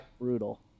brutal